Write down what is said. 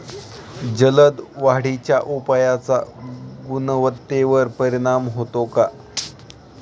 जलद वाढीच्या उपायाचा गुणवत्तेवर परिणाम होतो का?